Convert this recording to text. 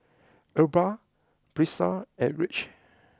Aubra Brisa and Rich